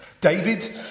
David